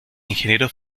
ingeniero